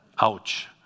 Ouch